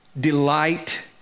delight